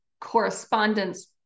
correspondence